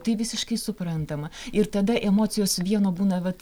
tai visiškai suprantama ir tada emocijos vieno būna vat